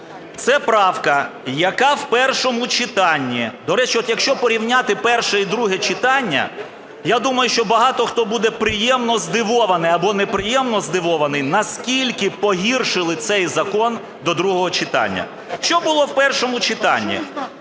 Це правка, яка в першому читанні, до речі, от якщо порівняти перше і друге читання, я думаю, що багато хто буде приємно здивований або неприємно здивований наскільки погіршили цей закон до другого читання. Що було в першому читанні?